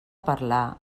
parlar